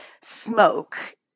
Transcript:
smoke